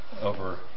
over